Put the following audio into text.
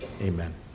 amen